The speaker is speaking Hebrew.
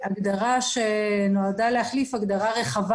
זו הגדרה שנועדה להחליף הגדרה רחבה